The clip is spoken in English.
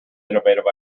innovative